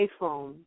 iPhone